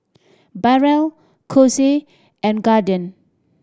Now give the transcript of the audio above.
Barrel Kose and Guardian